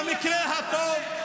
במקרה הטוב.